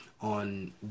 on